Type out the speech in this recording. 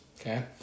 okay